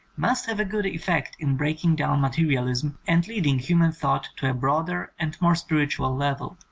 must have a good effect in breaking down materialism and leading human thought to a broader and more spiritual level.